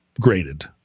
graded